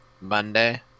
Monday